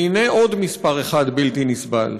והנה עוד מספר אחד בלתי נסבל: